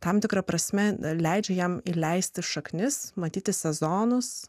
tam tikra prasme dar leidžia jam įleisti šaknis matyti sezonus